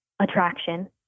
attraction